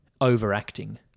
overacting